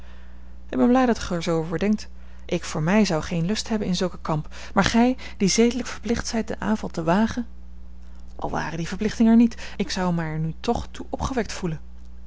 ik ben blij dat gij er zoo over denkt ik voor mij zou geen lust hebben in zulken kamp maar gij die zedelijk verplicht zijt den aanval te wagen al ware die verplichting er niet ik zou er mij nu toch toe opgewekt gevoelen